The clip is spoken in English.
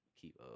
keep